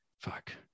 fuck